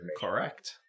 Correct